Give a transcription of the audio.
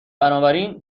بنابراین